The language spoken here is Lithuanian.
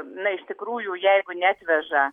na iš tikrųjų jeigu neatveža